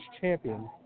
champion